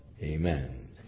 Amen